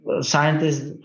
scientists